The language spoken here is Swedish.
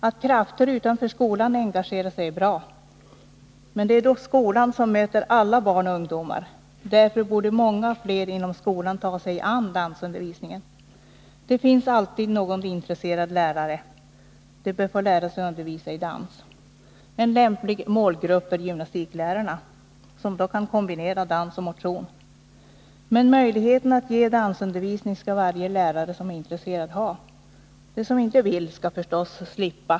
Att krafter utanför skolan engagerar sig är bra. Men det är dock skolan som möter alla barn och ungdomar. Därför borde många fler inom skolan ta sig an dansundervisningen. Det finns alltid någon intresserad lärare, och han eller hon bör få lära sig att undervisa i dans. En lämplig målgrupp är gymnastiklärarna, som därmed i sin undervisning skulle kunna kombinera dans och motion. Men möjlighet att ge dansundervisning skall varje intresserad lärare ha. De som inte vill skall förstås slippa.